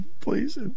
please